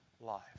life